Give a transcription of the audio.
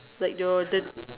like your